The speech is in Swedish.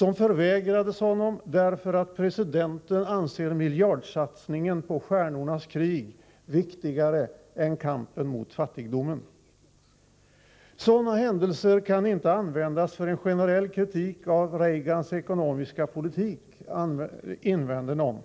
Den förvägrades honom därför att presidenten anser miljardsatsningen på ”stjärnornas krig” viktigare än kampen mot fattigdomen. Sådana händelser kan inte användas för en generell kritik av Reagans ekonomiska politik, invänder någon.